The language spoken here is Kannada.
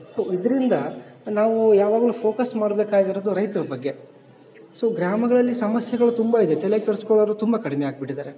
ಸೊ ಇದ್ರಿಂದ ನಾವು ಯಾವಾಗ್ಲು ಫೋಕಸ್ ಮಾಡಬೇಕಾಗಿರೋದು ರೈತ್ರ ಬಗ್ಗೆ ಸೊ ಗ್ರಾಮಗಳಲ್ಲಿ ಸಮಸ್ಯೆಗಳು ತುಂಬ ಇದೆ ತಲೆ ಕೆಡಿಸ್ಕೊಳ್ಳೋರು ತುಂಬ ಕಡ್ಮೆಯಾಗಿ ಬಿಟ್ಟಿದ್ದಾರೆ